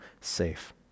safe